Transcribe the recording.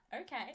Okay